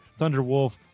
Thunderwolf